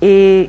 i